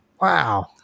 Wow